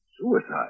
Suicide